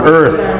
earth